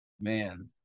Man